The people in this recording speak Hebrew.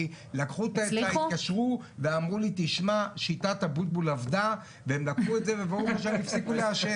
ואמרו לי שהשיטה עבדה והם הפסיקו לעשן.